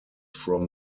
from